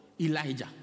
Elijah